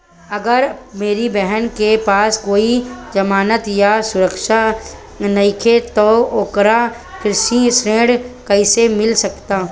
अगर मेरी बहन के पास कोई जमानत या सुरक्षा नईखे त ओकरा कृषि ऋण कईसे मिल सकता?